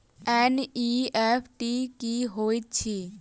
NEFT की होइत अछि?